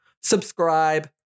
subscribe